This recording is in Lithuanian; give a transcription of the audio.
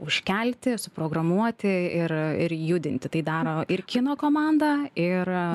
užkelti suprogramuoti ir judinti tai daro ir kino komanda ir